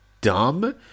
dumb